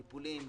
טיפולים,